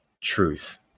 truth